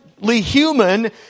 human